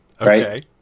Okay